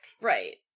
Right